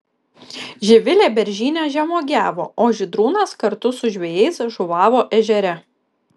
živilė beržyne žemuogiavo o žydrūnas kartu su žvejais žuvavo ežere